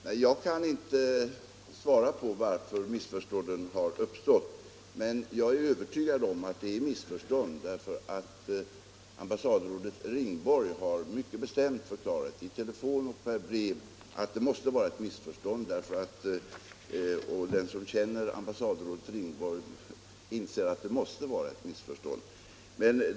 Herr talman! Jag kan inte förklara hur missförståndet har uppstått. Men jag är övertygad om att det är fråga om ett missförstånd. Det har också ambassadrådet Ringborg mycket bestämt framhållit i telefon och brev. Den som känner ambassadrådet Ringborg inser att så måste vara fallet.